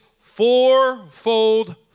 fourfold